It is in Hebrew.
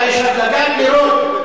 מתי יש הדלקת נרות.